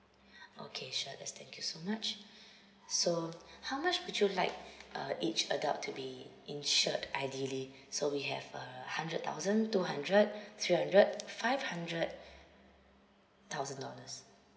okay sure that's thank you so much so how much would you like uh each adult to be insured ideally so so we have a hundred thousand two hundred three hundred five hundred thousand dollars